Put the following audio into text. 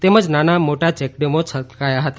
તેમજ નાના મોટા ચેકડેમો છલકાયા હતા